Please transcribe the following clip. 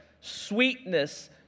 sweetness